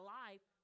life